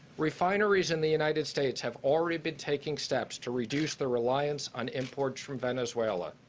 refineries in the united states have already been taking steps to reduce the reliance on imports from venezuela.